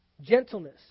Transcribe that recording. Gentleness